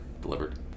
delivered